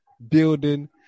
Building